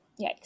Yikes